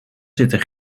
zitten